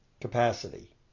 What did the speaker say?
capacity